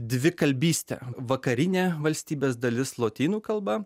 dvikalbystę vakarinė valstybės dalis lotynų kalba